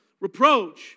reproach